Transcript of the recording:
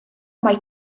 mai